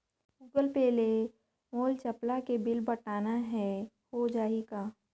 Google Pay ले मोल चपला के बिल पटाना हे, हो जाही का?